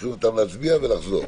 לוקחים אותם להצביע ולחזור,